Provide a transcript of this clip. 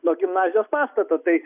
nuo gimnazijos pastato tai